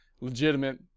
legitimate